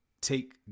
take